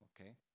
Okay